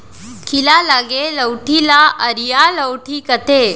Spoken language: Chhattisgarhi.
खीला लगे लउठी ल अरिया लउठी कथें